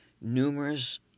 numerous